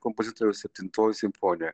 kompozitoriaus septintoji simfonija